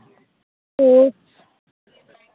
ᱴᱷᱤᱠ